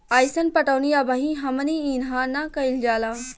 अइसन पटौनी अबही हमनी इन्हा ना कइल जाला